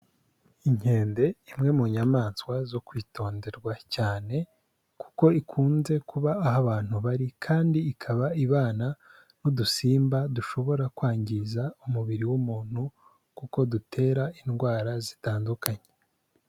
Inkende, imwe mu nyamaswa zo kwitonderwa cyane kuko ikunze kuba aho abantu bari kandi ikaba ibana n'udusimba dushobora kwangiza umubiri w'umuntu kuko dutera indwara zitandukanye.